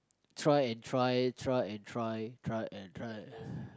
try and try try and try try and try